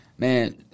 Man